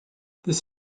this